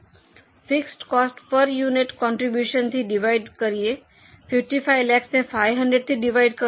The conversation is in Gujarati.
ફિક્સડ કોસ્ટને પર યુનિટ કોન્ટ્રીબ્યુશનથી ડિવાઇડેડ કરીયે 55 લાખને 500 થી ડિવાઇડેડ કરો